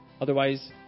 Otherwise